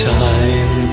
time